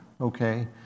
okay